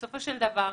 בסופו של דבר,